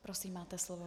Prosím, máte slovo.